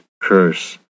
CURSE